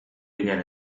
ginen